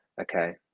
okay